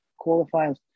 qualifiers